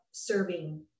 Serving